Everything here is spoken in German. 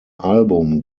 album